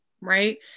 right